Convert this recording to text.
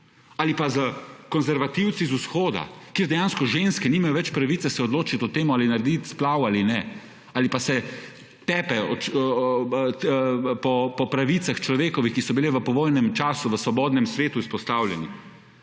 Ali pa s konservativci iz vzhoda, kje dejansko ženske nimajo več pravice se odločiti o tem, ali narediti splav ali ne, ali pa se tepejo po človekovih pravicah, ki so bile v povojnem času v svobodnem svetu izpostavljeni.